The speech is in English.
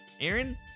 Aaron